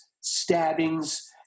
stabbings